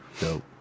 Dope